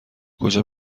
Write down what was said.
کجا